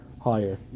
higher